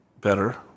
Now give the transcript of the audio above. better